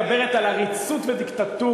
היא מדברת על עריצות ודיקטטורה.